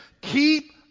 Keep